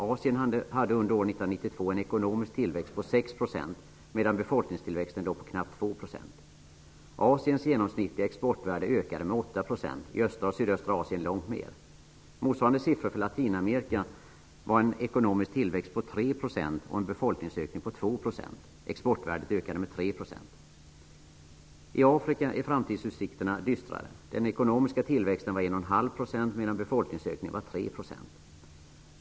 Asien hade under år 1992 en ekonomisk tillväxt på 6 %, medan befolkningstillväxten låg på knappt 2 %. Asiens genomsnittliga exportvärde ökade med 8 %. I östra och sydöstra Asien ökade det långt mer. Motsvarande siffror för Latinamerika var en ekonomisk tillväxt på 3 % och en befolkningsökning på 2 %. Exportvärdet ökade med 3 %. I Afrika är framtidsutsikterna dystrare. Den ekonomiska tillväxten var 1,5 %, medan befolkningsökningen var 3 %.